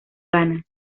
gana